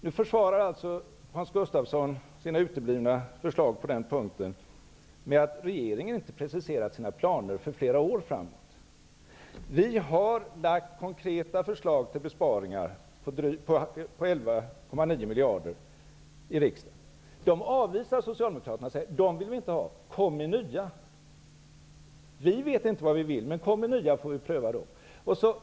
Nu försvarar Hans Gustafsson sina uteblivna förslag på den punkten med att regeringen inte preciserat sina planer för flera år framåt. Regeringen har i riksdagen lagt fram konkreta förslag till besparingar på 11,9 miljarder. Nu avvisar Socialdemokraterna förslagen och säger: De vill vi inte ha. Kom med nya förslag. Vi socialdemokrater vet inte vad vi vill, men kom med nya förslag så får vi pröva dem.